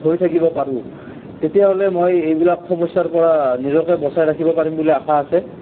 হৈ থাকিব পাৰোঁ তেতিয়াহ'লে মই এইবিলাক সমস্যাৰ পৰা নিজকে বচাই ৰাখিব পাৰিম বুলি আশা আছে